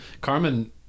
carmen